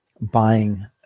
buying